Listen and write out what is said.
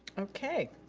okay,